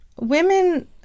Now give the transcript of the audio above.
women